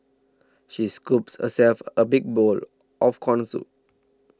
she scooped herself a big bowl of Corn Soup